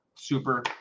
Super